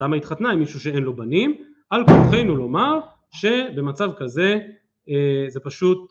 למה התחתנה עם מישהו שאין לו בנים על כורחנו לומר שבמצב כזה זה פשוט